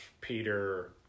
Peter